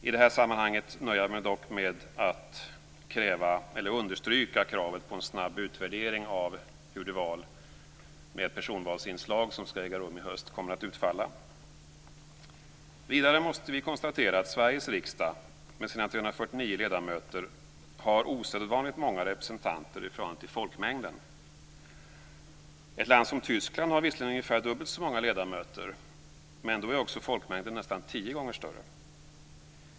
I detta sammanhang nöjer jag mig dock med att understryka kravet på en snabb utvärdering av hur det val med personvalsinslag som skall äga rum i höst kommer att utfalla. Vidare måste vi konstatera att Sveriges riksdag med sina 349 ledamöter har osedvanligt många representanter i förhållande till folkmängden. Ett land som Tyskland har visserligen ungefär dubbelt så många ledamöter, men då är också folkmängden nästan tio gånger större.